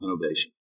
innovation